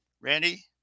Randy